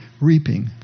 reaping